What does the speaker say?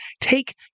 take